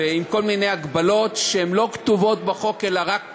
עם כל מיני הגבלות שהן לא כתובות בחוק אלא רק פרשנות,